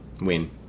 Win